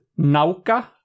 nauka